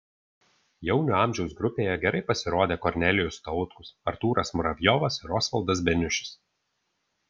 jaunių amžiaus grupėje gerai pasirodė kornelijus tautkus artūras muravjovas ir osvaldas beniušis